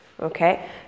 okay